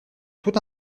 toute